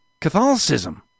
Catholicism